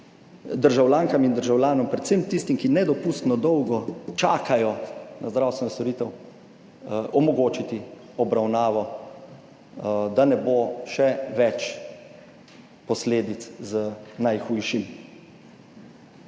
državljankam in državljanom, predvsem tistim, ki nedopustno dolgo čakajo na zdravstveno storitev, omogočiti obravnavo, da ne bo še več posledic z najhujšim.